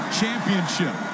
championship